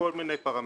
לכל מיני פרמטרים,